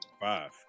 five